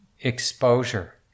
Exposure